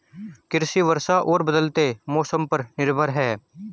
कृषि वर्षा और बदलते मौसम पर निर्भर है